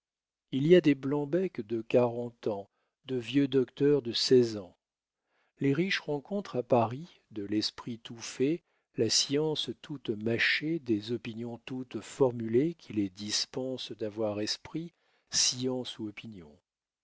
il y a des blancs-becs de quarante ans de vieux docteurs de seize ans les riches rencontrent à paris de l'esprit tout fait la science toute mâchée des opinions toutes formulées qui les dispensent d'avoir esprit science ou opinion